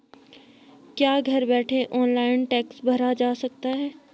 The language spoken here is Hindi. क्या घर बैठे ऑनलाइन टैक्स भरा जा सकता है?